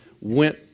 went